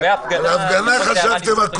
לגבי הפגנה חשבתם על הכול,